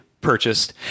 purchased